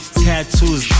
tattoos